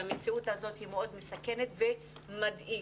והמציאות הזאת היא מאוד מסכנת ומדאיגה,